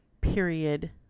Period